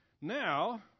Now